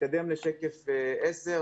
נתקדם לשקף 10,